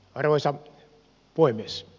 arvoisa puhemies